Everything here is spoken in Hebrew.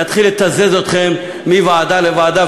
נתחיל לתזז אתכם מוועדה לוועדה,